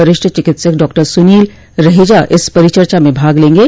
वरिष्ठ चिकित्सक डॉक्टर सुनील रहेजा इस परिचर्चा में भाग लेंगे